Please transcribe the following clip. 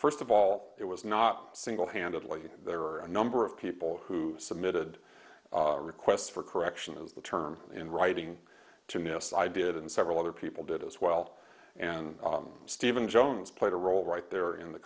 first of all it was not single handedly and there are a number of people who submitted requests for correction is the term in writing to miss i did and several other people did as well and stephen jones played a role right there in the